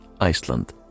Iceland